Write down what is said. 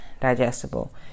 digestible